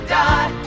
die